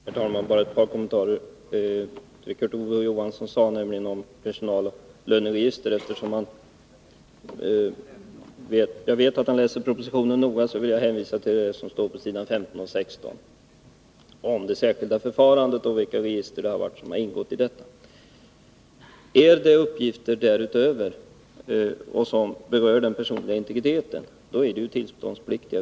Herr talman! Bara ett par kommentarer till det som Kurt Ove Johansson sade om personaloch löneregister. Eftersom jag vet att Kurt Ove Johansson läser propositionen noga vill jag hänvisa till vad som står på s. 15 och 16 om det särskilda förfarandet och för vilka register detta kan tillämpas. Register därutöver och register över sådana uppgifter som rör den personliga integriteten är tillståndspliktiga.